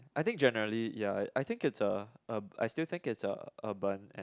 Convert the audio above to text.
I think generally ya I think it's a a I still think it's a urban and